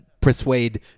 persuade